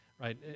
Right